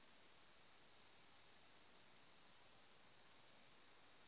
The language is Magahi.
ए.टी.एम से बैलेंस चेक कुंसम होचे?